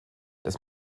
dass